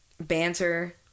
Banter